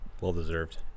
well-deserved